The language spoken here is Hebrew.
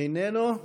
איננו,